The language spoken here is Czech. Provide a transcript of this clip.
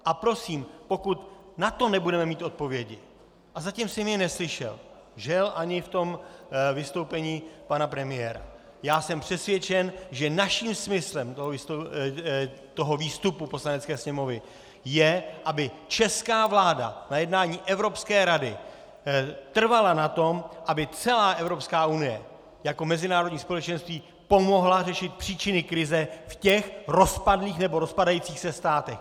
A prosím, pokud na to nebudeme mít odpovědi, a zatím jsem je neslyšel, žel ani ve vystoupení pana premiéra, jsem přesvědčen, že naším smyslem výstupu z Poslanecké sněmovny je, aby česká vláda na jednání Evropské rady trvala na tom, aby celá Evropská unie jako mezinárodní společenství pomohla řešit příčiny krize v těch rozpadlých nebo rozpadajících se státech.